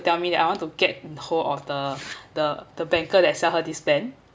tell me that I want to get in hold of the the the banker that sell her this plan